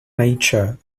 nature